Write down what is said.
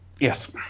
Yes